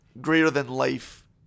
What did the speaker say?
greater-than-life